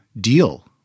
deal